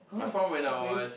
!huh! okay